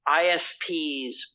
ISPs